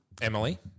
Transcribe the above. Emily